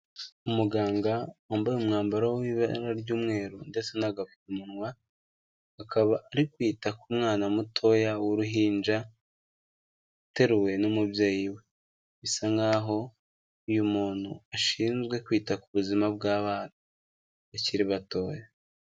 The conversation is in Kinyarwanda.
Umuganga wambaye umwambaro w'ibara ry'umweru ndetse n'agapfukamunwa, akaba ari kwita ku mwana mutoya w'uruhinja uteruwe n'umubyeyi we, bisa nk'aho uyu muntu ashinzwe kwita ku buzima bw'abana bakiri batoya.